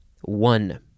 One